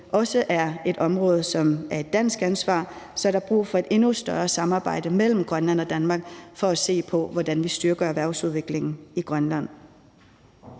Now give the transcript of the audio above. også er et område, som er et dansk ansvarsområde, er der brug for et endnu større samarbejde mellem Grønland og Danmark for at se på, hvordan vi styrker erhvervsudviklingen i Grønland.